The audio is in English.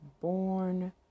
born